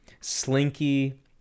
slinky